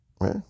right